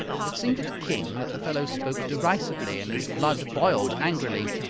it seemed to the king that the fellow spoke derisively, and his blood boiled angrily.